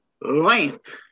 Length